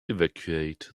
evacuate